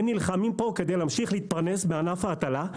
הם נלחמים פה כדי להמשיך להתפרנס בענף ההטלה,